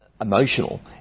emotional